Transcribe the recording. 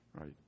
right